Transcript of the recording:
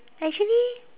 actually